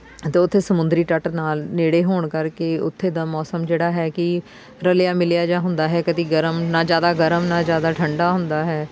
ਤਾਂ ਉੱਥੇ ਸਮੁੰਦਰੀ ਤੱਟ ਨਾਲ ਨੇੜੇ ਹੋਣ ਕਰਕੇ ਉੱਥੇ ਦਾ ਮੌਸਮ ਜਿਹੜਾ ਹੈ ਕਿ ਰਲਿਆ ਮਿਲਿਆ ਜਿਹਾ ਹੁੰਦਾ ਹੈ ਕਦੀ ਗਰਮ ਨਾ ਜ਼ਿਆਦਾ ਗਰਮ ਨਾ ਜ਼ਿਆਦਾ ਠੰਡਾ ਹੁੰਦਾ ਹੈ